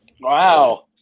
Wow